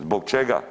Zbog čega?